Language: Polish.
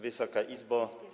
Wysoka Izbo!